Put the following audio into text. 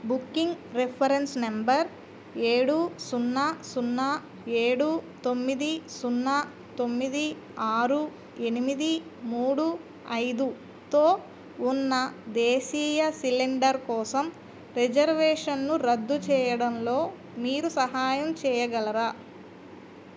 booking reference number ఏడు సున్నా సున్నా ఏడు తొమ్మిది సున్నా తొమ్మిది ఆరు ఎనిమిది మూడు ఐదుతో ఉన్న దేశీయ సిలిండర్ కోసం రిజర్వేషన్ను రద్దు చేయడంలో మీరు సహాయం చేయగలరా